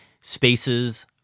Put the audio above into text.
Spaces